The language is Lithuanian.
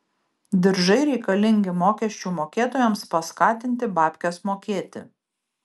diržai reikalingi mokesčių mokėtojams paskatinti babkes mokėti